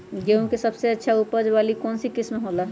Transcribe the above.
गेंहू के सबसे अच्छा उपज वाली कौन किस्म हो ला?